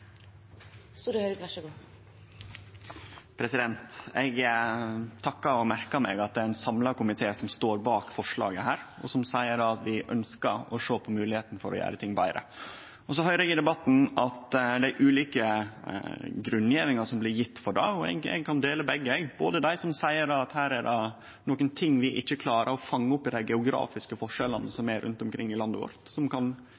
ein samla komité som står bak dette forslaget, og som seier at vi ønskjer å sjå på moglegheita for å gjere ting betre. I debatten høyrer eg dei ulike grunngjevingane, og eg kan dele begge syna: både dei som seier at det er nokre ting vi ikkje klarar å fange opp i dei geografiske forskjellane som er rundt omkring i landet vårt – at vi er nøydde til å sjå nærmare på om vi kan